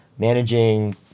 managing